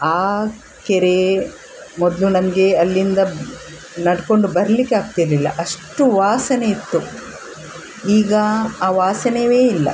ಆ ಕೆರೆ ಮೊದಲು ನಮ್ಗೆ ಅಲ್ಲಿಂದ ನಡ್ಕೊಂಡು ಬರ್ಲಿಕ್ಕೆ ಆಗ್ತಿರಲಿಲ್ಲ ಅಷ್ಟು ವಾಸನೆ ಇತ್ತು ಈಗ ಆ ವಾಸನೆಯೇ ಇಲ್ಲ